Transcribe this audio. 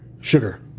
sugar